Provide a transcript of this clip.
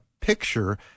picture